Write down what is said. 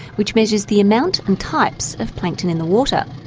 which measures the amount and types of plankton in the water.